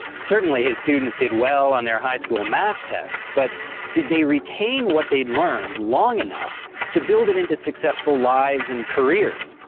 certainly his students did well on their high school math tests, but did they retain what they'd learned long enough to build it into successful lives and careers?